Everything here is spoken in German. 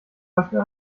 beispiel